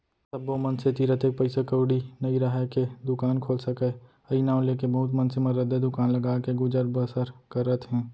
सब्बो मनसे तीर अतेक पइसा कउड़ी नइ राहय के दुकान खोल सकय अई नांव लेके बहुत मनसे मन रद्दा दुकान लगाके गुजर बसर करत हें